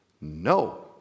No